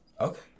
Okay